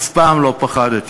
אף פעם לא פחדתי.